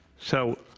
so